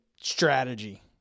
strategy